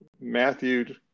Matthew